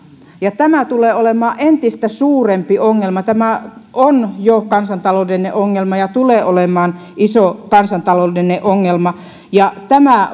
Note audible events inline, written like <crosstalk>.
tämä tulee olemaan entistä suurempi ongelma tämä on jo kansantaloudellinen ongelma ja tulee olemaan iso kansantaloudellinen ongelma ja tämä <unintelligible>